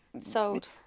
Sold